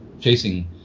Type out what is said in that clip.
chasing